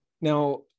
Now